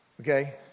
okay